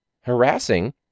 harassing